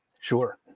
sure